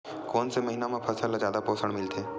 कोन से महीना म फसल ल जादा पोषण मिलथे?